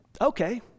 Okay